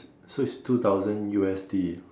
so it's two thousand U_S_D